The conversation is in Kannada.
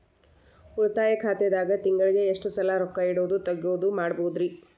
ಉಳಿತಾಯ ಖಾತೆದಾಗ ತಿಂಗಳಿಗೆ ಎಷ್ಟ ಸಲ ರೊಕ್ಕ ಇಡೋದು, ತಗ್ಯೊದು ಮಾಡಬಹುದ್ರಿ?